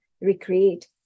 recreate